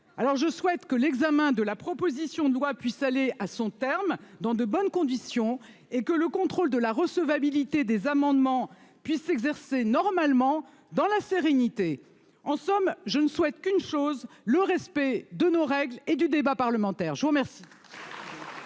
je souhaite que l'examen de la proposition de loi puisse aller à son terme dans de bonnes conditions et que le contrôle de la recevabilité des amendements puisse exercer normalement dans la sérénité. En somme, je ne souhaite qu'une chose, le respect de nos règles et du débat parlementaire, je vous remercie.